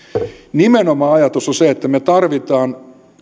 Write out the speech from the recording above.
nimenomaan ajatus on se että me tarvitsemme